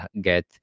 get